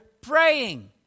praying